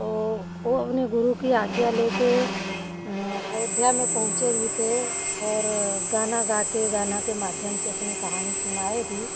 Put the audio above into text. तो वो अपने गुरु की आज्ञा लेके अयोध्या में पहुँचे भी थे और गाना गाके गाना के माध्यम से अपनी कहानी सुनाए भी